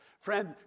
Friend